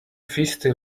feisty